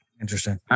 Interesting